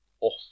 off